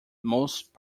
most